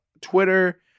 Twitter